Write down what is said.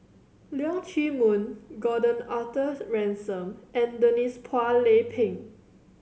Leong Chee Mun Gordon Arthur Ransome and Denise Phua Lay Peng